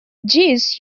jeez